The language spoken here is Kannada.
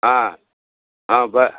ಹಾಂ ಹಾಂ ಬ